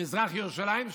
במזרח ירושלים,